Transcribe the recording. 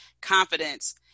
confidence